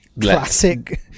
Classic